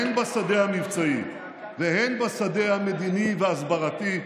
הן בשדה המבצעי והן בשדה המדיני וההסברתי,